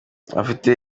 afite